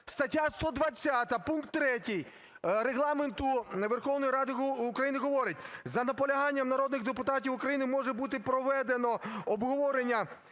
Стаття 120 пункт 3 Регламенту Верховної Ради України говорить: "За наполяганням народних депутатів України може бути проведено обговорення